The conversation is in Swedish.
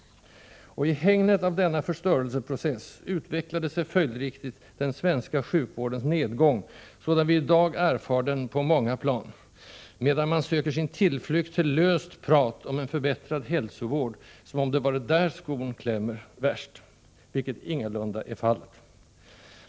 Och i hägnet av denna förstörelseprocess utvecklade sig följdriktigt den svenska sjukvårdens nedgång, sådan vi i dag erfar den på många plan, medan man söker sin tillflykt till löst prat om en förbättrad hälsovård, som om det vore där skon klämmer värst, vilket ingalunda är fallet.